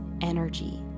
energy